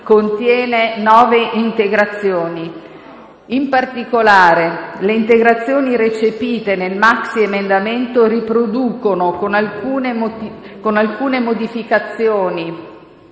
contiene nove integrazioni. In particolare, le integrazioni recepite nel maxiemendamento riproducono, con alcune modificazioni,